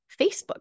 Facebook